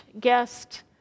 guest